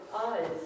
eyes